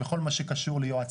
אתה רוצה שאני אעזור לך בזה?